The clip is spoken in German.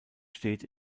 steht